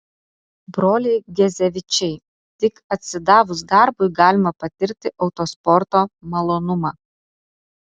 broliai gezevičiai tik atsidavus darbui galima patirti autosporto malonumą